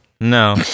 No